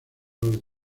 los